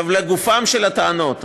לגופן של הטענות,